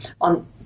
on